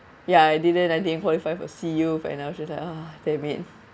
ya I didn't I didn't qualify for SEA youth and I was just like ah damn it